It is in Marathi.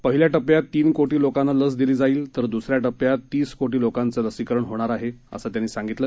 पहिल्या टप्प्यात तीन कोटी लोकांना लस दिली जाईल तर दुसऱ्या टप्प्यात तीस कोटी लोकांचं लसीकरण होणार आहे असं त्यांनी सांगितलं